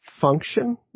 function